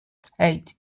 eight